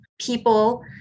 people